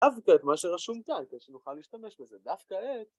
... את מה שרשום כאן, כדי שנוכל להשתמש בזה. דף כעת...